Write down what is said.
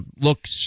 look